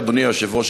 אדוני היושב-ראש,